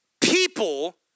people